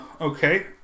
okay